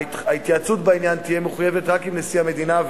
ההתייעצות בעניין תהיה מחויבת רק עם נשיא המדינה,